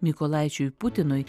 mykolaičiui putinui